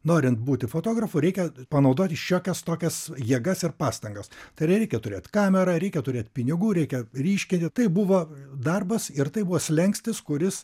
norint būti fotografu reikia panaudoti šiokias tokias jėgas ir pastangas tai yra reikia turėt kamerą reikia turėt pinigų reikia ryškinti tai buvo darbas ir tai buvo slenkstis kuris